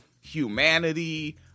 humanity